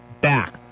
back